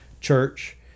church